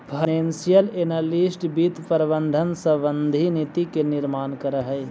financial analyst वित्त प्रबंधन संबंधी नीति के निर्माण करऽ हइ